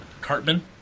Cartman